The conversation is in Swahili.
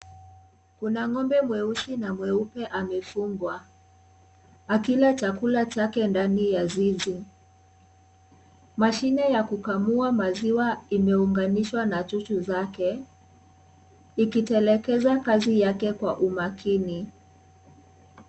Kuna ng'ombe mweusi na mweupe amefungwa akila chakula chake ndani ya zizi. Mashine ya kukamua maziwa imeunganishwa na chuchu zake ikitekeleza kazi yake kwa umakini.